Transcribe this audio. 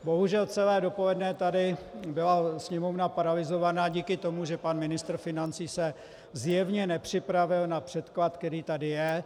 Bohužel celé dopoledne tady byla sněmovna paralyzovaná díky tomu, že pan ministr financí se zjevně nepřipravil na předklad, který tady je.